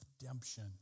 redemption